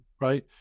right